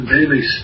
Daily